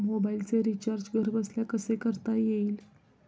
मोबाइलचे रिचार्ज घरबसल्या कसे करता येईल?